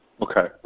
okay